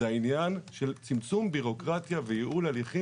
זה העניין של צמצום ביורוקרטיה וייעול הליכים